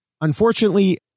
Unfortunately